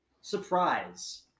surprise